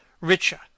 richer